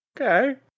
okay